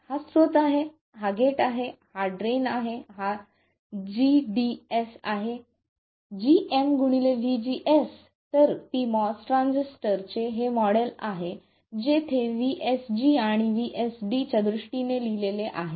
हा स्त्रोत आहे हा गेट आहे हा ड्रेन आहे हा gds आहे gm गुणिले vGS तर pMOS ट्रान्झिस्टरचे हे मॉडेल आहे जे vSG आणि vSD च्या दृष्टीने लिहिलेले आहे